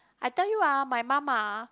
I tell you ah my mum ah